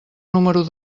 número